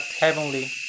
heavenly